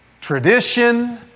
tradition